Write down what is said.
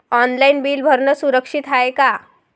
Online bill भरनं सुरक्षित हाय का?